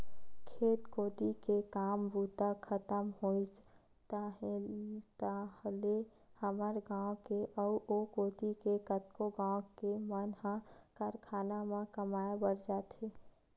खेत कोती ले काम बूता खतम होइस ताहले हमर गाँव के अउ ओ कोती के कतको गाँव के मन ह कारखाना म कमाए बर जाथे